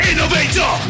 Innovator